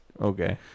Okay